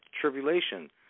tribulation